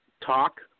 talk